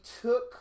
took